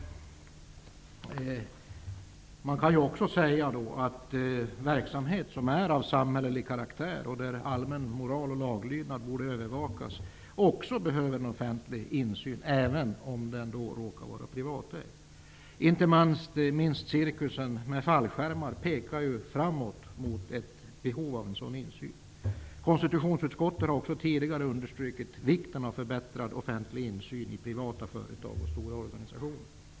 Man kan också säga att det i verksamhet som är av samhällelig karaktär och där allmän moral och laglydnad borde övervakas också skulle behövas offentlig insyn, även om verksamheten råkar vara privatägd. Inte minst cirkusen med fallskärmar pekar framåt mot ett behov av en sådan insyn. Konstitutionsutskottet har också tidigare understrukit vikten av förbättrad offentlig insyn i privata företag och stora organisationer.